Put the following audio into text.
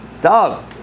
Dog